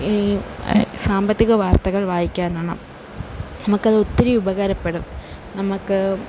ഈ സാമ്പത്തിക വാർത്തകൾ വായിക്കാന്നതാണ് നമുക്കത് ഒത്തിരി ഉപകാരപ്പെടും നമുക്ക്